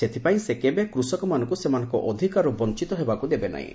ସେଥ୍ପାଇଁ ସେ କେବେ କୃଷକମାନଙ୍କୁ ସେମାନଙ୍କ ଅଧିକାରରୁ ବଞ୍ଚିତ ହେବାକୁ ଦେବେ ନାହିଁ